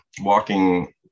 walking